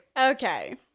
Okay